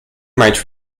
might